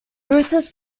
brutus